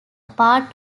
part